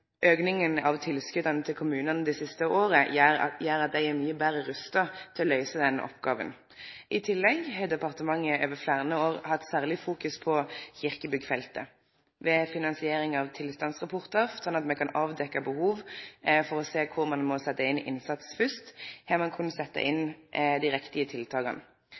til kommunane dei siste åra gjer at dei er mykje betre rusta til å løyse denne oppgåva. I tillegg har departementet over fleire år hatt særleg fokus på kyrkjebyggfeltet. Ved finansiering av tilstandsrapportar, slik at ein kan avdekkje behovet og sjå kor ein må setje inn innsatsen fyrst, har ein kunna setje inn